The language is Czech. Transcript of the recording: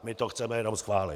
My to chceme jenom schválit!